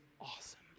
awesome